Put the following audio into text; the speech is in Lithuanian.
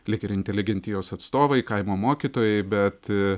lyg ir inteligentijos atstovai kaimo mokytojai bet